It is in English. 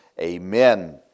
Amen